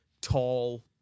tall